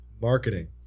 marketing